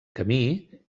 camí